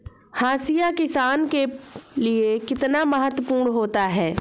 हाशिया किसान के लिए कितना महत्वपूर्ण होता है?